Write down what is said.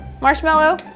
Marshmallow